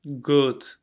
good